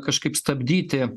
kažkaip stabdyti